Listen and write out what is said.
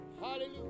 Hallelujah